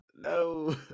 No